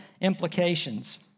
implications